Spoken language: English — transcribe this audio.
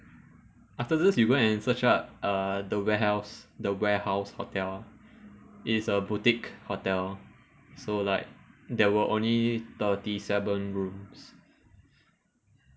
after this you go and search ah err the warehouse the warehouse hotel it's a boutique hotel so like there were only thirty seven rooms